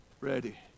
ready